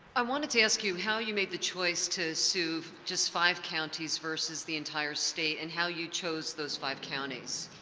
i wanted to ask you how you made the choice to sue just five counties versus the entire's date and how you chose those counties.